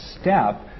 step